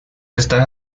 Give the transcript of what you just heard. estas